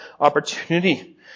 opportunity